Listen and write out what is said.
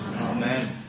Amen